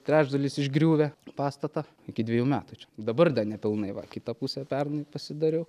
trečdalis išgriuvę pastatą iki dvejų metų čia ir dabar dar nepilnai va kitą pusę pernai pasidariau